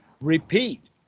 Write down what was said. Repeat